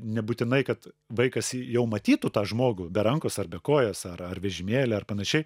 nebūtinai kad vaikas jau matytų tą žmogų be rankos ar be kojos ar ar vežimėly ar panašiai